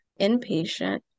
inpatient